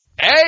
Hey